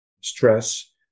stress